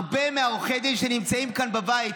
הרבה מעורכי הדין שנמצאים כאן בבית,